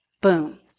Boom